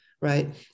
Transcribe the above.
right